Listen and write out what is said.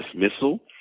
dismissal